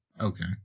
okay